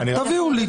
תביאו לי,